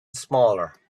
smaller